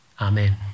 Amen